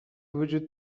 وجود